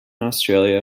australia